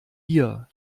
hier